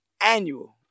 annual